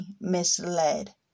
misled